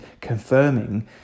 confirming